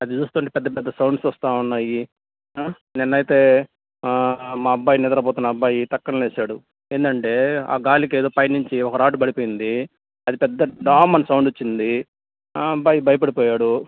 అది చూస్తుంటే పెద్ద పెద్ద సౌండ్స్ వస్తున్నాయి నిన్న అయితే మా అబ్బాయి నిద్రపోతున్న అబ్బాయి టక్కున లేచాడు ఏమిటి అంటే ఆ గాలికి ఏదో పైనుంచి ఒక రాడ్ పడిపోయింది అది పెద్ద డామ్ అని సౌండ్ వచ్చింది ఆ అబ్బాయి భయపడిపోయాడు